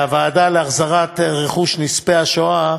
והחברה לאיתור ולהשבת נכסי נספי השואה